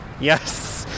Yes